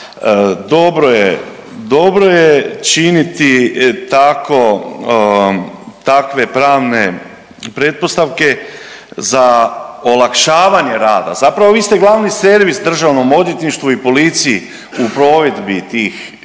dobro je činiti tako, takve pravne pretpostavke za olakšavanje rada. Zapravo, vi ste glavni servis državnom odvjetništvu i policiji u provedbi tih